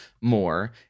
more